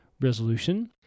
resolution